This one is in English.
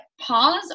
pause